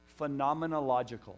phenomenological